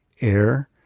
air